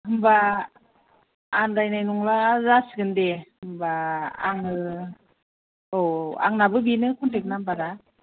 होमबा आनदायनाय नंला जासिगोन दे होमबा आङो औ औ आंनाबो बेनो कन्टेक्ट नाम्बारा